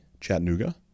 Chattanooga